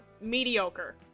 mediocre